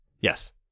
Yes